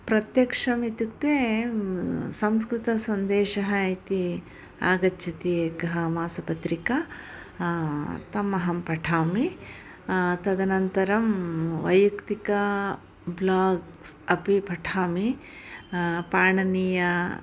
प्रत्यक्षम् इत्युक्ते संस्कृतसन्देशः इति आगच्छति एका मासपत्रिका ताम् अहं पठामि तदनन्तरं वैयक्तिका ब्लाग्स् अपि पठामि पाणिनीयं